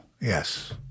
yes